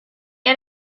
had